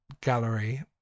Gallery